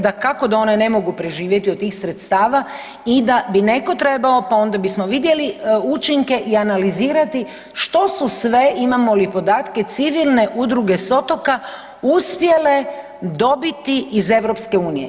Dakako da one ne mogu preživjeti od tih sredstava i da bi neko trebao pa onda bismo vidjeli učinke i analizirati što su sve, imamo li podatke civilne udruge s otoka uspjele dobiti iz EU.